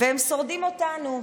ואם הם שורדים אותנו,